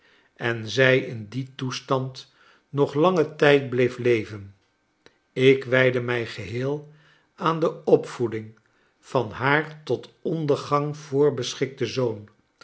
en zij in dien toestand nog langen tijd bleef leven ik wijdde mij gebeel aan de opvoeding van haar tot ondergang voorbeschikten zoon